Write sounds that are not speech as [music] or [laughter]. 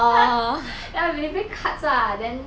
[laughs] but then they play cards lah then